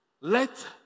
let